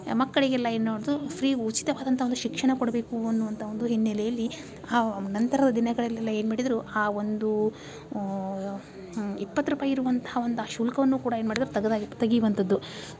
ಮಕ್ಕಳಿಗೆಲ್ಲ ಏನು ನೋಡ್ದು ಫ್ರೀ ಉಚಿತವಾದಂಥ ಒಂದು ಶಿಕ್ಷಣ ಕೊಡಬೇಕು ಅನ್ನುವಂಥ ಒಂದು ಹಿನ್ನೆಲೆಯಲ್ಲಿ ನಂತರದ ದಿನಗಳಲ್ಲೆಲ್ಲ ಏನು ಮಾಡಿದರು ಆ ಒಂದು ಇಪ್ಪತ್ತು ರೂಪಾಯಿ ಇರುವಂಥ ಒಂದು ಆ ಶುಲ್ಕವನ್ನೂ ಕೂಡ ಏನು ಮಾಡಿದರು ತೆಗದ ತೆಗೆಯುವಂಥದ್ದು